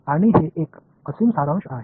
आणि हे एक असीम सारांश आहे